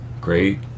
great